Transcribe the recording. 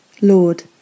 Lord